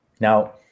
Now